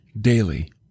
daily